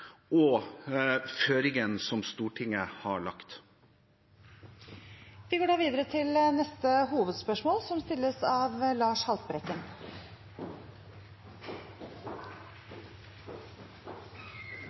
og føringene som Stortinget har lagt. Vi går videre til neste hovedspørsmål.